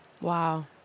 Wow